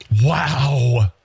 Wow